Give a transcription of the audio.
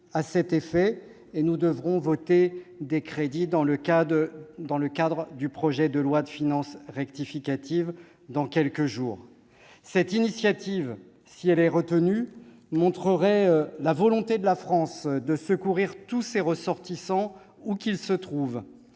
à cet effet. Nous devrons voter des crédits dans le cadre du projet de loi de finances rectificative dans quelques jours. Si elle est retenue, la présente initiative montrerait la volonté de la France de secourir tous ses ressortissants, où qu'ils se trouvent.